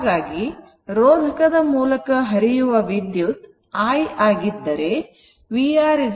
ಹಾಗಾಗಿ ರೋಧಕದ ಮೂಲಕ ಹರಿಯುವ ವಿದ್ಯುತ್ i ಆಗಿದ್ದರೆ vR iR ಆಗುತ್ತದೆ